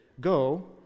go